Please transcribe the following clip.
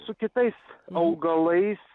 su kitais augalais